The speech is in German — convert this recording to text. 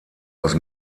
aus